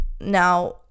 now